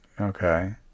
Okay